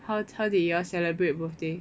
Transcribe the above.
how how did you all celebrate birthday